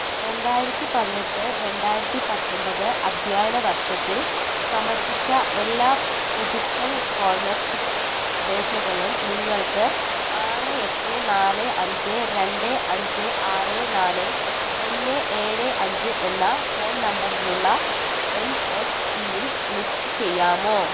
രണ്ടായിരത്തി പതിനെട്ട് രണ്ടായിരത്തി പത്തൊമ്പത് അധ്യായന വർഷത്തിൽ സമർപ്പിച്ച എല്ലാ പുതുക്കൽ സ്കോളർഷിപ്പ് അപേക്ഷകളും നിങ്ങൾക്ക് ആറ് എട്ട് നാല് അഞ്ച് രണ്ട് അഞ്ച് ആറ് നാല് ഒന്ന് ഏഴ് അഞ്ച് എന്ന ഫോൺ നമ്പറിലുള്ള എൻ എസ് പിയിൽ ലിസ്റ്റ് ചെയ്യാമോ